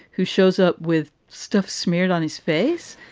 who shows up with stuff smeared on his face.